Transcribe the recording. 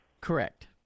Correct